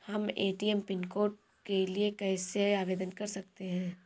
हम ATM pin code के लिए कैसे आवेदन कर सकते हैं?